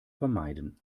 vermeiden